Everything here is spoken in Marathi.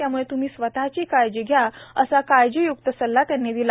त्यामुळे तुम्ही स्वतःचीही काळजी घ्या असा काळजीयुक्त सल्ला त्यांनी दिला